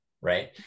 right